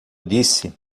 disse